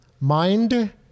Mind